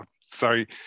Sorry